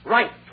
Right